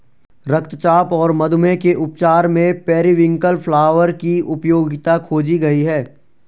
रक्तचाप और मधुमेह के उपचार में पेरीविंकल फ्लावर की उपयोगिता खोजी गई है